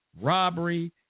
robbery